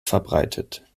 verbreitet